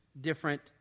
different